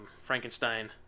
Frankenstein